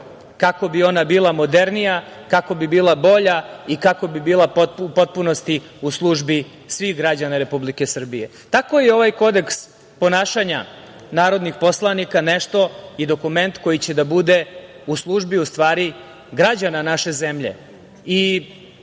kako bi ona bila modernija, kako bi bila bolja i kako bi bila u potpunosti u službi svih građana Republike Srbije. Tako je ovaj kodeks ponašanja narodnih poslanika dokument koji će da bude u službi, u stvari, građana naše zemlje.